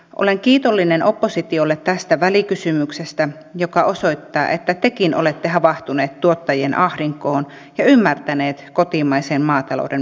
olen kiitollinen oppositiolle tästä välikysymyksestä joka osoittaa että tekin olette havahtuneet tuottajien ahdinkoon ja ymmärtäneet kotimaisen maatalouden merkityksen